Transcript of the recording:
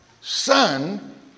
Son